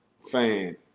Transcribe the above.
fan